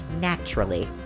Naturally